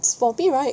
it's for me right